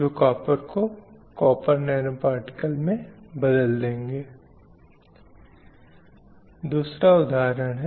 इसलिए वह परिवार के लिए भोजन तैयार कर रही होगी वह बच्चों के लिए पति के लिए कपड़े इस्त्री कर रही है